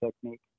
technique